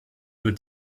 wird